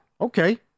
Okay